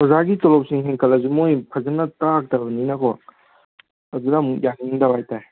ꯑꯣꯖꯩꯒꯤ ꯇꯣꯂꯣꯞꯁꯤꯡ ꯍꯦꯟꯒꯠꯂꯁꯨ ꯃꯣꯏ ꯐꯖꯅ ꯇꯥꯛꯇꯕꯅꯤꯅꯀꯣ ꯑꯗꯨꯗ ꯑꯃꯨꯛ ꯌꯥꯅꯤꯡꯗꯕ ꯍꯥꯏꯇꯥꯔꯦ